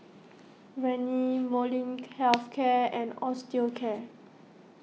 Rene Molnylcke Health Care and Osteocare